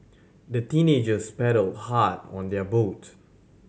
the teenagers paddled hard on their boat